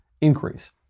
increase